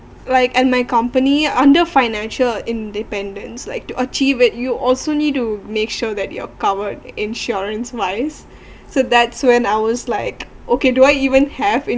like and my company under financial independence like to achieve it you also need to make sure that you're covered insurance wise so that's when I was like okay do I even have